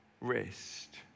rest